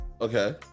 Okay